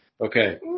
Okay